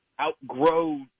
outgrow